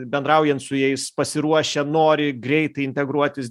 bendraujant su jais pasiruošę nori greitai integruotis